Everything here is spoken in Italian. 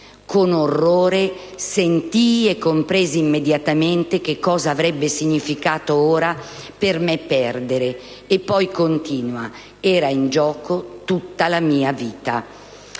Con orrore sentii e compresi immediatamente che cosa avrebbe significato ora per me perdere»; e poi continua: «era in gioco tutta la mia vita!».